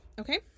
Okay